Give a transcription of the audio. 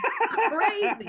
crazy